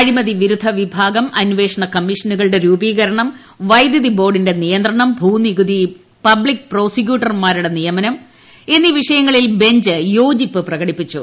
അഴിമതി വിരുദ്ധ വിഭാഗം അന്വേഷണ കമ്മീഷനുകളുടെ രൂപീകരണം വൈദ്യുതി ബോർഡിന്റെ നിയന്ത്രണം ഭൂനികുതി പബ്ലിക് പ്രോസിക്യൂട്ടർമാരുടെ നിയമനം എന്നീ വിഷയങ്ങളിൽ ബഞ്ച് യോജിപ്പ് പ്രകടിപ്പിച്ചു